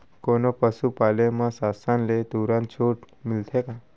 कोनो पसु पाले म शासन ले तुरंत छूट मिलथे का?